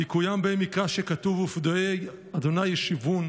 ויקוים בהם מקרא שכתוב: "ופדויי ה' ישובון